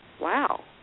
wow